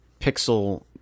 pixel